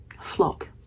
Flock